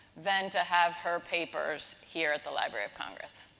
then to have her papers here at the library of congress.